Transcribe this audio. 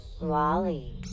Wally